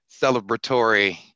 celebratory